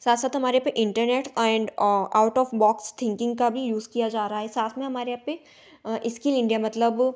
साथ साथ हमारे पर इंटरनेट एंड और आउट औफ बौक्स थिंकिंग का भी यूज़ किया ज़ा रहा है साथ में हमारे यहाँ पर इस्किल इंडिया मतलब